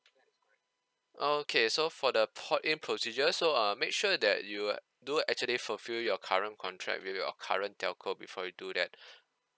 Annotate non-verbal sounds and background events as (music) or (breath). okay so for the port in procedures so uh make sure that you do actually fulfil your current contract with your current telco before you do that (breath)